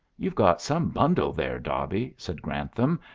you've got some bundle there, dobby, said grantham,